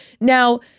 Now